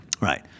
Right